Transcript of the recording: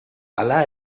hala